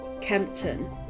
Kempton